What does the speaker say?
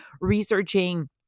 researching